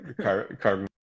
Carbon